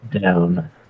down